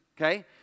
okay